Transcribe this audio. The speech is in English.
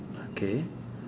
okay